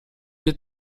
die